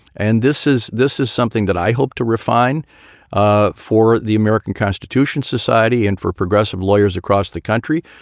and this is this is something that i hope to refine ah for the american constitution society and for progressive lawyers across the country.